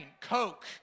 Coke